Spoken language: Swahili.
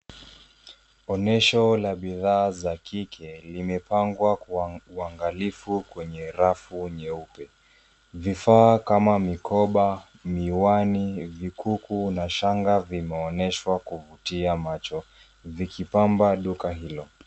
Onyesho la bidhaa za kike limepangwa kwa uangalifu kwenye rafu nyeupe, vifaa kama mikoba, miwani, vikukuu na shanga vimeonyeshwa kuvutia macho vikipamba duka hilo.